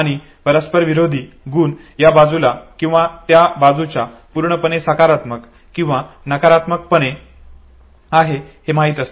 आणि परस्पर विरोधी गुण या बाजूला किंवा त्या बाजूला पूर्णपणे सकारात्मक किंवा नकारात्मक आहे हे माहित असते